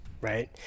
right